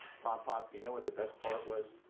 pop pop, you know what the best part was?